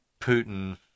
Putin